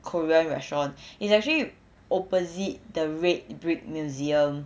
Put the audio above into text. korean restaurant it's actually opposite the red brick museum